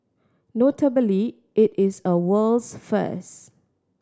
notably it is a world's first